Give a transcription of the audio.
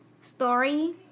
story